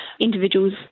individuals